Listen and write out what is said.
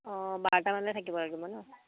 অঁ বাৰটা মানলৈকে থাকিব লাগিব ন